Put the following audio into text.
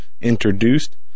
introduced